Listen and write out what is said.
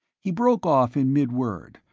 he broke off in mid-word,